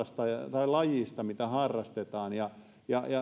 lajista mitä harrastetaan ja ja